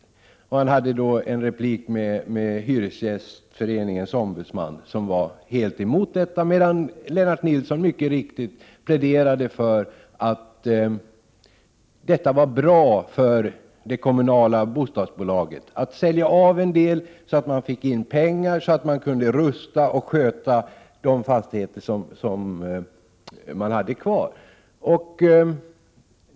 Lennart Nilsson hade då en diskussion med hyresgästföreningens ombudsman, som var helt emot tanken att sälja ut, medan Lennart Nilsson mycket riktigt framhöll att det var bra för det kommunala bostadsbolaget att sälja en del. Då skulle det komma in pengar som skulle göra det möjligt att rusta upp och sköta de fastigheter som sedan fanns kvar.